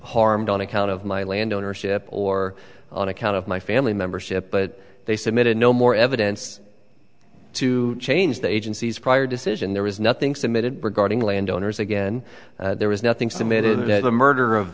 harmed on account of my landownership or on account of my family member ship but they submitted no more evidence to change the agency's prior decision there was nothing submitted regarding landowners again there was nothing submitted at the murder of